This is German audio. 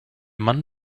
mann